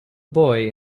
boy